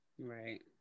Right